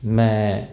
ਮੈਂ